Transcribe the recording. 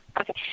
Okay